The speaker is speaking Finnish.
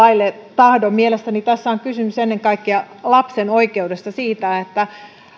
tahdon mielestäni tässä on kysymys ennen kaikkea lapsen oikeudesta siitä että